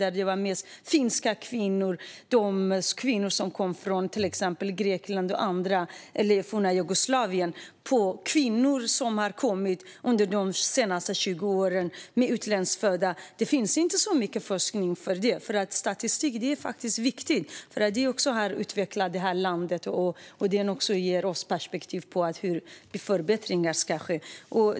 Då var det mest finska kvinnor och kvinnor som kom från till exempel Grekland eller det forna Jugoslavien. Det finns inte så mycket forskning om utlandsfödda kvinnor som har kommit under de senaste 20 åren. Statistik är viktigt, för det utvecklar landet och ger oss perspektiv på hur förbättringar ska ske.